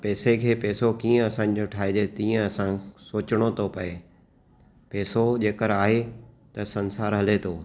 पैसे खे पैसो कीअं असांजो ठाहिजे तीअं असां सोचणो तो पए पैसो जेकर आहे त संसारु हले थो